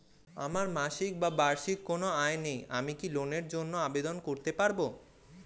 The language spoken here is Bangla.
আমার মাসিক বা বার্ষিক কোন আয় নেই আমি কি লোনের জন্য আবেদন করতে পারব?